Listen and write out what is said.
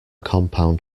compound